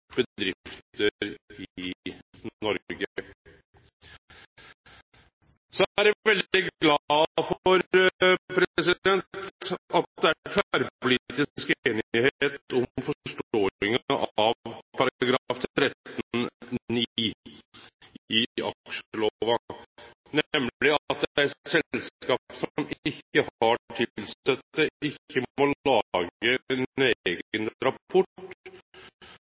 bedrifter i Noreg. Så er eg veldig glad for at det er tverrpolitisk einigheit om forståinga av § 13-9 i aksjelova, nemleg at eit selskap som ikkje har tilsette, ikkje må lage